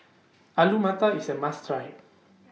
Alu Matar IS A must Try